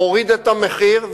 מוריד את המחיר,